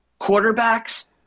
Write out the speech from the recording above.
quarterbacks